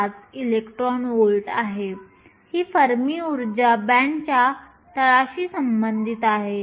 5 electron volt आहे ही Fermi ऊर्जा बँडच्या तळाशी संबंधित आहे